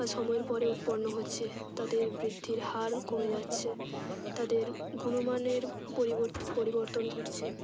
বা সময়ের পরে উৎপন্ন হচ্ছে তাদের বৃদ্ধির হার কমে যাচ্ছে তাদের গুণমানের পরিবো পরিবর্তন ঘটছে